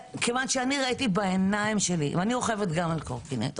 כי אני ראיתי בעיניים שלי ואני גם רוכבת על קורקינט,